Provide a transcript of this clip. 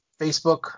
Facebook